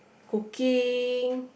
cooking